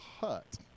hurt